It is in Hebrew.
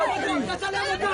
מה יש למשטרה לומר לנו,